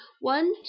one